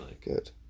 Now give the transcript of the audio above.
good